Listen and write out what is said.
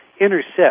intercept